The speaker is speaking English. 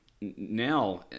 now